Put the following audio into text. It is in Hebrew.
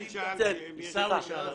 אני שאלתי אם יש --- מתנצל.